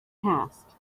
past